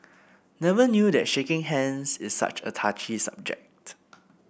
never knew that shaking hands is such a touchy subject